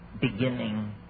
beginning